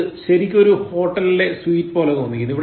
ഇത് ശരിക്കും ഒരു ഹോട്ടലിലെ സ്വീറ്റ് പോലെ തോന്നിക്കുന്നു